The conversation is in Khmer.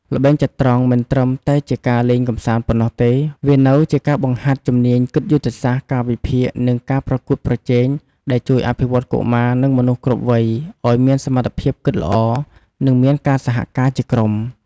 ល្បែងចត្រង្គមិនត្រឹមតែជាការលេងកំសាន្តប៉ុណ្ណោះទេ វានៅជាការបង្ហាត់ជំនាញគិតយុទ្ធសាស្ត្រ ការវិភាគ និងការប្រកួតប្រជែង ដែលជួយអភិវឌ្ឍកុមារ និងមនុស្សគ្រប់វ័យឲ្យមានសមត្ថភាពគិតល្អ និងមានការសហការជាក្រុម។